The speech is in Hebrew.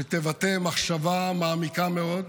שתבטא מחשבה מעמיקה מאוד,